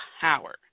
power